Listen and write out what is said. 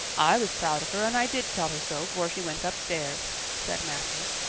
i was proud of her and i did tell her so fore she went upstairs, said matthew.